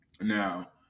Now